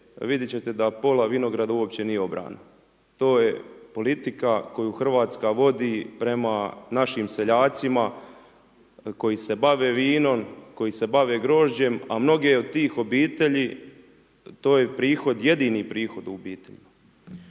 vidit ćete da pola vinograda uopće nije obrano, to je politika koju Hrvatska vodi prema našim seljacima koji se bave vinom, koji se bave grožđem a mnoge od tih obitelji, to je prihod, jedini prohod u obitelji.